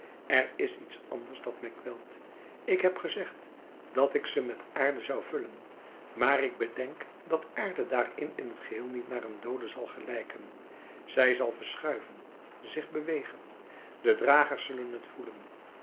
er is iets anders dat mij kwelt ik heb gezegd dat ik ze met aarde zou vullen maar ik bedenk dat aarde daarin in t geheel niet naar een doode zal gelijken zij zal verschuiven zich bewegen de dragers zullen t voelen